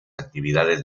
actividades